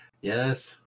yes